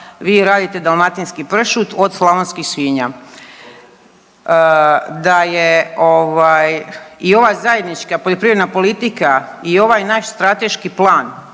vi radite dalmatinski pršut od slavonskih svinja. Da je ovaj, i ova zajednička poljoprivredna politika i ovaj naš strateški plan